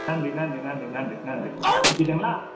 நன்றி நன்றி நன்றி நன்றி நன்றி வச்சுடட்டுங்களா